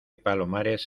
palomares